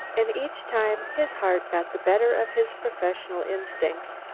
and each time his heart got the better of his professional instincts,